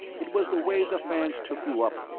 it was the way the fans took you up,